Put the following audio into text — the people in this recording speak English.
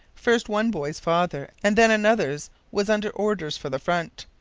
first one boy's father and then another's was under orders for the front.